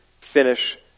finish